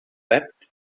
wept